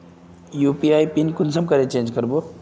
UPI pin कुंसम करे change करबो?